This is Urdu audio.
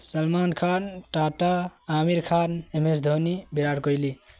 Salman Khan Tata Aamir Khan M S Dhoni Virat Kohli